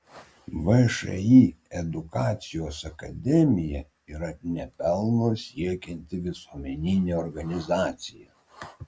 všį edukacijos akademija yra ne pelno siekianti visuomeninė organizacija